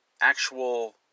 actual